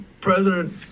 President